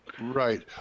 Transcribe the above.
Right